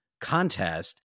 contest